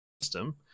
system